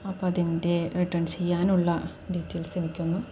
അപ്പോഴതിൻ്റെ return ചെയ്യാനുള്ള details എനിക്കൊന്ന്